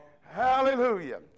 Hallelujah